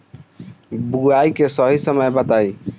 बुआई के सही समय बताई?